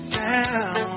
down